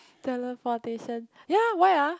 teleportation ya why ah